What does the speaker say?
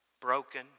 Broken